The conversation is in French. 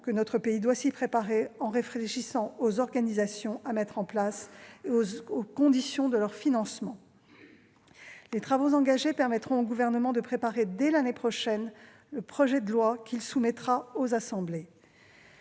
que notre pays doit s'y préparer, en réfléchissant aux organisations à mettre en place et aux conditions de leur financement. Les travaux engagés permettront au Gouvernement de préparer dès l'année prochaine le projet de loi qu'il soumettra aux assemblées.